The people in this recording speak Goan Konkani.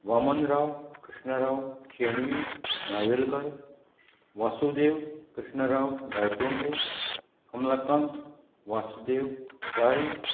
वामन राव कृष्ण राव शेणवी नावेलकर वासुदेव कृष्ण राव गायतो कमलाकांत वास्तुदेव च्यारी